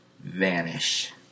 vanish